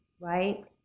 right